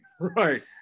right